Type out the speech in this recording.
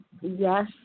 yes